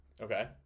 Okay